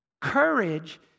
Courage